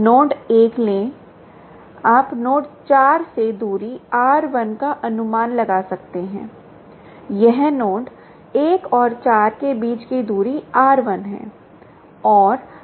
node 1 लें आप node 4 से दूरी r1 का अनुमान लगा सकते हैं यह नोड 1 और 4 के बीच से दूरी r1 है